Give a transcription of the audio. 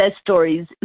stories